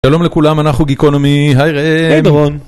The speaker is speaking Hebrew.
שלום לכולם אנחנו גיקונומי היי ראם, היי דורון